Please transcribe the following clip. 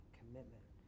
commitment